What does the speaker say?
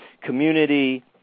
community